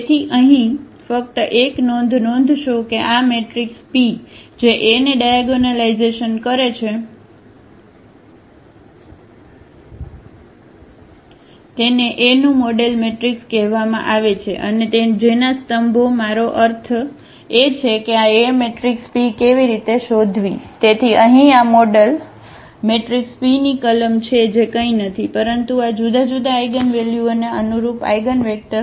તેથી અહીં ફક્ત એક નોંધ નોંધશો કે આ મેટ્રિક્સ p જે A ને ડાયાગોનલાઇઝેશન કરે છે તેને A નું મોડેલ મેટ્રિક્સ કહેવામાં આવે છે અને જેના સ્તંભો મારો અર્થ એ છે કે આ A મેટ્રિક્સ p કેવી રીતે શોધવી તેથી અહીં આ મોડેલ મેટ્રિક્સ p ની કલમ છે જે કંઈ નથી પરંતુ આ જુદાં જુદાં આઇગનવેલ્યુઓને અનુરૂપ આઇગનવેક્ટર